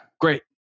Great